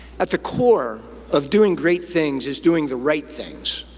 at the core of doing great things is doing the right things,